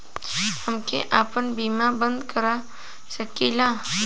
हमके आपन बीमा बन्द कर सकीला?